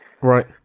Right